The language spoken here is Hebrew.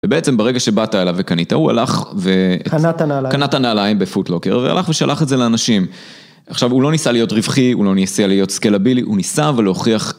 ובעצם ברגע שבאת אליו וקנית, הוא הלך ו... -קנה את הנעליים. -קנה את הנעליים בפוטלוקר והלך ושלח את זה לאנשים. עכשיו, הוא לא ניסה להיות רווחי, הוא לא ניסה להיות סקלבילי, הוא ניסה אבל להוכיח...